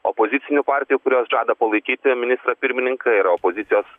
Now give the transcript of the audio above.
opozicinių partijų kurios žada palaikyti ministrą pirmininką yra opozicijos